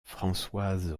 françoise